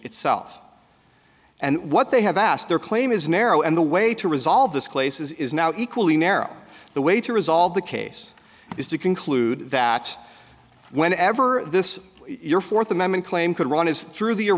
itself and what they have asked their claim is narrow and the way to resolve this case is now equally narrow the way to resolve the case is to conclude that whenever this your fourth amendment claim could run is t